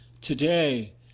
today